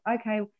okay